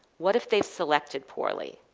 what if they selected poorly?